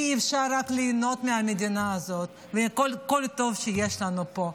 אי-אפשר רק ליהנות מהמדינה הזאת ומכל הטוב שיש לנו פה.